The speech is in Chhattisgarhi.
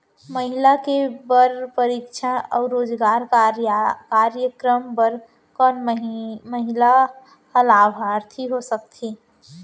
महिला के बर प्रशिक्षण अऊ रोजगार कार्यक्रम बर कोन महिला ह लाभार्थी हो सकथे?